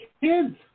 kids